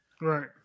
Right